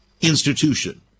institution